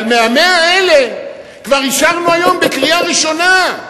אבל מה-100 האלה כבר אישרנו היום בקריאה ראשונה,